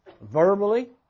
verbally